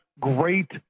great